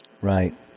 Right